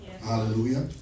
Hallelujah